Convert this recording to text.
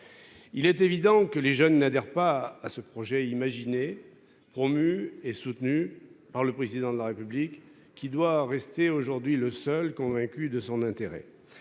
Il est évident que les jeunes n'adhère pas à ce projet imaginé promue et soutenue par le président de la République qui doit rester aujourd'hui le seul convaincu de son intérêt.